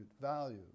value